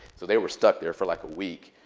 so they were stuck there for like a week,